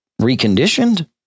reconditioned